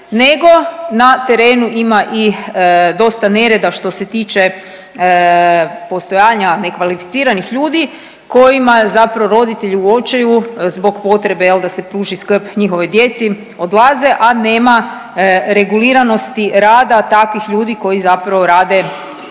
nego na terenu ima i dosta nereda što se tiče postojanja nekvalificiranih ljudi kojima je zapravo roditelj u očaju zbog potrebe jel da se pruži skrb njihovoj djeci odlaze, a nema reguliranosti rada takvih ljudi koji zapravo rade bez